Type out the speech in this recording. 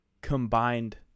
combined